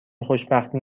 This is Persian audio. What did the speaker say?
خوشبختی